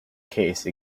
case